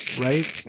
right